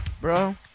Bro